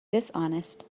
dishonest